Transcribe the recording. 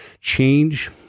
change